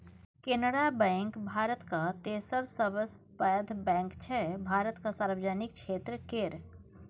Canara bank भारतक तेसर सबसँ पैघ बैंक छै भारतक सार्वजनिक क्षेत्र केर